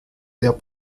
der